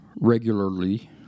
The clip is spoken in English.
regularly